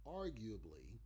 arguably